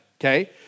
okay